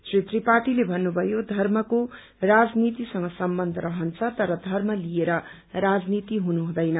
श्री त्रिपाठीले भन्नुभयो धर्मको राजनीतिसंग सम्बन्ध रहन्छ तर धर्म लिएर राजनीति हुनु हुदैन